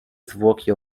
zwłoki